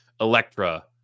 Electra